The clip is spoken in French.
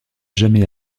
jamais